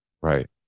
Right